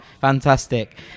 Fantastic